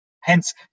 Hence